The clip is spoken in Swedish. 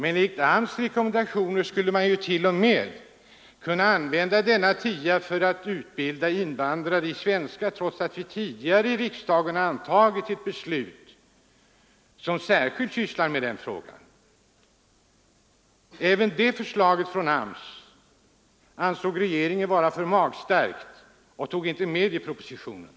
Enligt AMS:s rekommendationer skulle dessa pengar till och med kunna användas för att utbilda invandrare i svenska, trots att vi i riksdagen tidigare har fattat ett beslut om den frågan. Regeringen ansåg AMS:s förslag vara väl magstarkt och tog inte med det i propositionen.